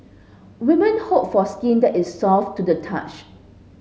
women hope for skin that is soft to the touch